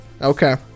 Okay